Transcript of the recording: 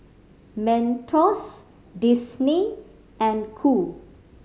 Mentos Disney and Qoo